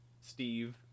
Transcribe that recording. Steve